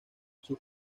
sus